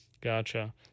Gotcha